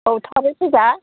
औ थाबै फै दे